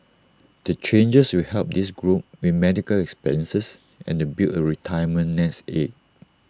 the changes will help this group with medical expenses and to build A retirement nest egg